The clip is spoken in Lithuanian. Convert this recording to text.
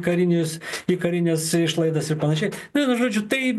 karinius į karines išlaidas ir panašiai vienu žodžiu tai